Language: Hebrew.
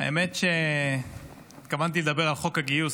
האמת שהתכוונתי לדבר על חוק הגיוס,